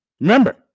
Remember